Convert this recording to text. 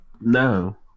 No